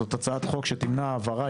זאת הצעת חוק שתמנע העברה,